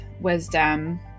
wisdom